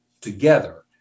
together